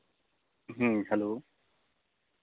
ᱦᱮᱸ ᱦᱮᱞᱳ